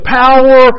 power